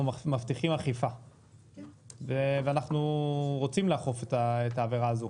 מבטיחים אכיפה ואנחנו רוצים לאכוף את העבירה הזאת